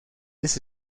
this